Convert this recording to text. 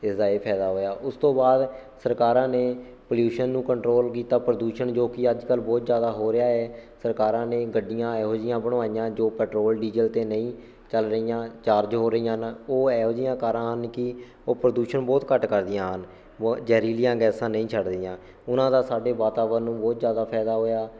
ਇਸ ਦਾ ਇਹ ਫਾਇਦਾ ਹੋਇਆ ਉਸ ਤੋਂ ਬਾਅਦ ਸਰਕਾਰਾਂ ਨੇ ਪਲਿਊਸ਼ਨ ਨੂੰ ਕੰਟਰੋਲ ਕੀਤਾ ਪ੍ਰਦੂਸ਼ਣ ਜੋ ਕਿ ਅੱਜ ਕੱਲ੍ਹ ਬਹੁਤ ਜ਼ਿਆਦਾ ਹੋ ਰਿਹਾ ਏ ਸਰਕਾਰਾਂ ਨੇ ਗੱਡੀਆਂ ਇਹੋ ਜਿਹੀਆਂ ਬਣਵਾਈਆਂ ਜੋ ਪੈਟਰੋਲ ਡੀਜ਼ਲ 'ਤੇ ਨਹੀਂ ਚੱਲ ਰਹੀਆਂ ਚਾਰਜ ਹੋ ਰਹੀਆਂ ਹਨ ਉਹ ਇਹੋ ਜਿਹੀਆਂ ਕਾਰਾਂ ਹਨ ਕਿ ਉਹ ਪ੍ਰਦੂਸ਼ਣ ਬਹੁਤ ਘੱਟ ਕਰਦੀਆਂ ਹਨ ਵ ਜ਼ਹਿਰੀਲੀਆਂ ਗੈਸਾਂ ਨਹੀਂ ਛੱਡਦੀਆਂ ਉਹਨਾਂ ਦਾ ਸਾਡੇ ਵਾਤਾਵਰਨ ਨੂੰ ਬਹੁਤ ਜ਼ਿਆਦਾ ਫਾਇਦਾ ਹੋਇਆ